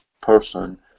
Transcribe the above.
person